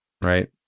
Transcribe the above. right